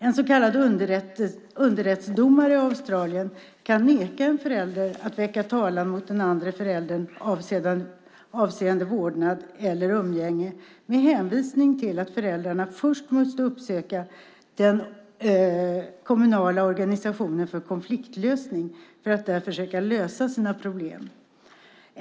En så kallad underrättsdomare i Australien kan neka en förälder att väcka talan mot den andre föräldern avseende vårdnad eller umgänge med hänvisning till att föräldrarna först måste uppsöka den kommunala organisationen för konfliktlösning för att där försöka lösa sina problem.